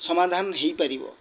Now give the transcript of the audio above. ସମାଧାନ ହେଇପାରିବ